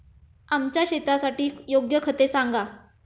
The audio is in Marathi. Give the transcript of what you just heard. आमच्या शेतासाठी योग्य खते सांगा